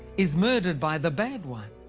is murdered by the bad one.